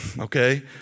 okay